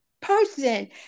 person